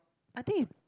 I think is